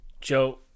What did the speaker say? Joe